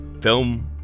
Film